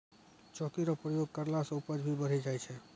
चौकी रो प्रयोग करला से उपज भी बढ़ी जाय छै